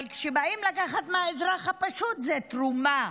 אבל כשבאים לקחת מהאזרח הפשוט, זה תרומה.